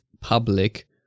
public